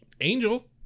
Angel